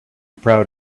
proud